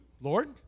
Lord